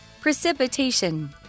Precipitation